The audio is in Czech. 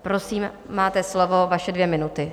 Prosím, máte slovo, vaše dvě minuty.